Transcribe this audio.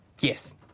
Yes